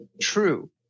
true